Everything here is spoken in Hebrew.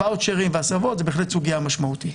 הוואצ'רים והסבות זה בהחלט סוגיה משמעותית.